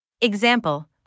Example